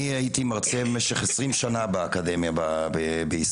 הייתי מרצה במשך 20 שנים באקדמיה בישראל,